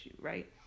Right